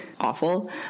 awful